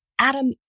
Adam